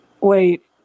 Wait